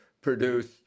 produce